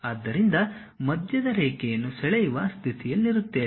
ಆದ್ದರಿಂದ ಮಧ್ಯದ ರೇಖೆಯನ್ನು ಸೆಳೆಯುವ ಸ್ಥಿತಿಯಲ್ಲಿರುತ್ತೇವೆ